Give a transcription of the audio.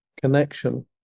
connection